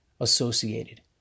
associated